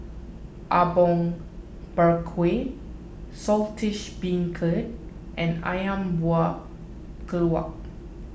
Apom Berkuah Saltish Beancurd and Ayam Buah Keluak